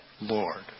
Lord